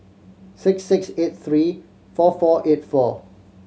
six six eight three four four eight four